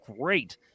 great